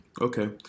Okay